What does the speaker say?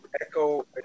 echo